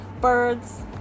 Birds